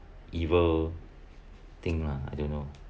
evil thing lah I don't know